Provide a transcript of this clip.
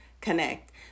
connect